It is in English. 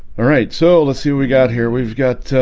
all right, so let's see we got here. we've got